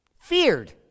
Feared